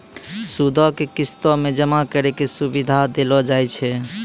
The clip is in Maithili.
सूदो के किस्तो मे जमा करै के सुविधा देलो जाय छै